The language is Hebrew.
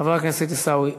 חבר הכנסת עיסאווי,